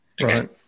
Right